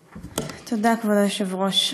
תודה, כבוד היושב-ראש.